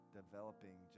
developing